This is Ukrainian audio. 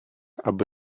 аби